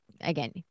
again